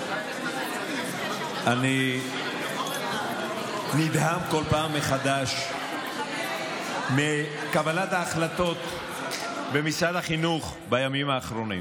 אני נדהם כל פעם מחדש מקבלת ההחלטות במשרד החינוך בימים האחרונים.